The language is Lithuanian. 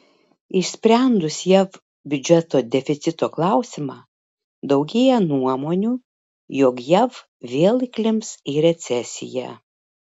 išsprendus jav biudžeto deficito klausimą daugėja nuomonių jog jav vėl įklimps į recesiją